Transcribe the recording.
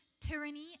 tyranny